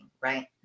right